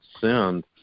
send